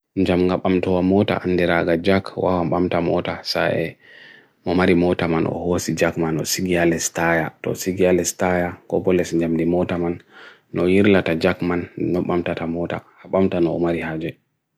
nja mngapam to wa mota ndera aga jack wa hamamta mota saye mamari mota man o ho si jack man o sigia le staya to sigia le staya gobo les nja mdi mota man no irla ta jack man nga mamta ta mota hamamta no omari haje